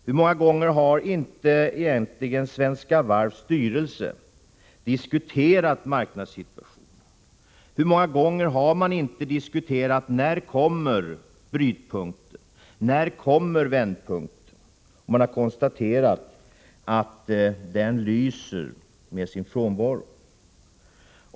Hur många gånger har inte Svenska Varvs styrelse diskuterat marknadssituationen? Hur många gånger har man inte frågat sig: När kommer vändpunkten? Man har konstaterat att den lyser med sin frånvaro.